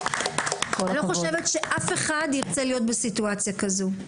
אני לא חושבת שאף אחד ירצה להיות בסיטואציה כזו,